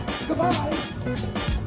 Goodbye